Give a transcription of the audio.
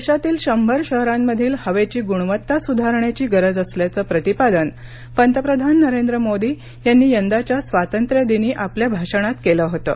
देशातील शंभर शहरांमधील हवेची गुणवत्ता सुधारण्याची गरज असल्याचं प्रतिपादन पंतप्रधान नरेंद्र मोदी यांनी यंदाच्या स्वातंत्र्यदिनी आपल्या भाषणात केलं होतं